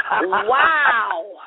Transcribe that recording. Wow